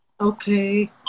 okay